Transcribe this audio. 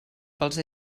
pels